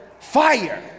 Fire